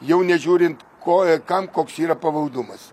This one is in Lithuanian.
jau nežiūrint ko ir kam koks yra pavaldumas